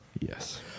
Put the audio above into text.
Yes